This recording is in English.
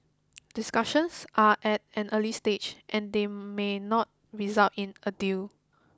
discussions are at an early stage and they may not result in a deal